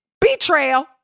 Betrayal